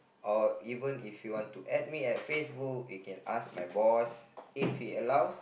or even if you want to add me at Facebook you can ask my boss if he allows